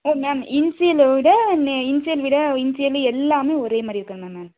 ஓ ma'am இன்ஷியலை விட நெ இன்ஷியல் விட இன்ஷியலு எல்லாமே ஒரே மாதிரி இருக்கணுமா மேம்